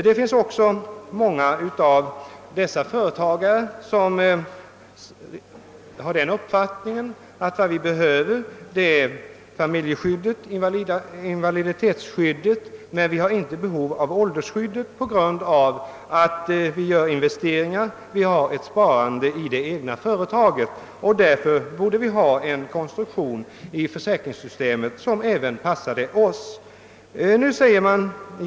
Det - finns många företagare som anser sig behöva familjeskyddet och invaliditetsskyddet, men inte åldersskyddet på grund av att de gör investeringar och sparar i det egna företaget. Därför borde vi ha en sådan konstruktion av försäkringssystemet som även passade dessa företagare.